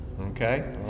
Okay